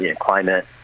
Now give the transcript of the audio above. climate